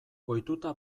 ohituta